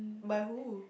by who